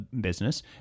business